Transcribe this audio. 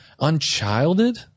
Unchilded